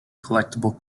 collectible